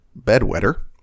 Bedwetter